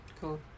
Cool